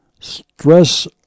Stress